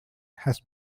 has